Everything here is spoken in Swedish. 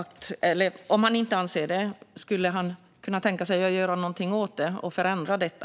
Om han inte anser det, skulle han kunna tänka sig att göra någonting för att förändra detta?